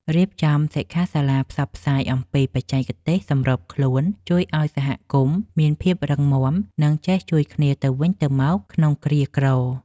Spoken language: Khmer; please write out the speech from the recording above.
រៀបចំសិក្ខាសាលាផ្សព្វផ្សាយអំពីបច្ចេកទេសសម្របខ្លួនជួយឱ្យសហគមន៍មានភាពរឹងមាំ និង ចេះជួយគ្នាទៅវិញទៅមកក្នុងគ្រាក្រ។